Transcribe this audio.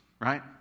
right